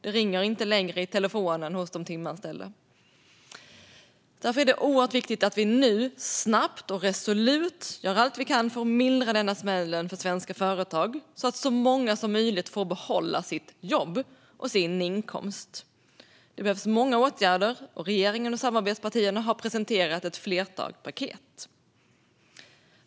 Det ringer inte längre i telefonen hos de timanställda. Därför är det oerhört viktigt att vi nu snabbt och resolut gör allt vi kan för att mildra denna smäll för svenska företag, så att så många som möjligt får behålla sitt jobb och sin inkomst. Det behövs många åtgärder, och regeringen och samarbetspartierna har presenterat ett flertal paket.